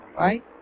right